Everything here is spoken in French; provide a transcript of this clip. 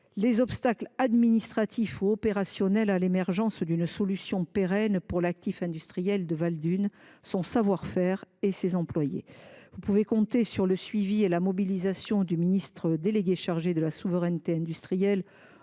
les obstacles administratifs ou opérationnels à l’émergence d’une solution durable pour l’actif industriel de Valdunes, son savoir faire et ses employés. Vous pouvez compter sur le suivi et la mobilisation du ministre délégué chargé de l’industrie,